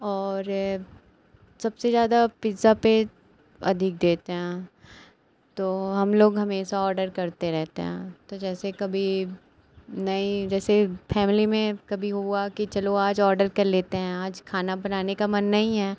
और सबसे ज़्यादा पिज़्ज़ा पर अधिक देते हैं तो हम लोग हमेशा ऑडर करते रहते हैं तो जैसे कभी नहीं जैसे फैमिली में कभी हुआ कि चलो आज ऑडर कर लेते हैं आज खाना बनाने का मन नहीं है